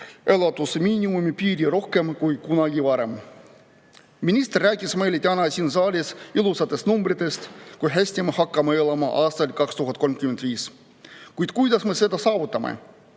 elatusmiinimumi piiri rohkem kui kunagi varem. Minister rääkis meile täna siin saalis ilusatest numbritest ja sellest, kui hästi me hakkame elama aastal 2035. Kuid kuidas me seda saavutame?